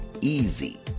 Easy